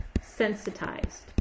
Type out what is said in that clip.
sensitized